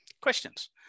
Questions